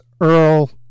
Earl